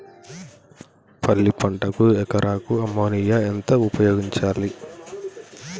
పల్లి పంటకు ఎకరాకు అమోనియా ఎంత ఉపయోగించాలి?